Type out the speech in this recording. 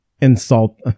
insult